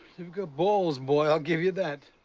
you've got balls, boy. i'll give you that.